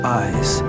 eyes